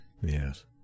Yes